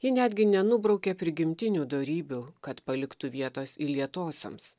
ji netgi nenubraukia prigimtinių dorybių kad paliktų vietos įlietosioms